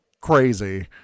crazy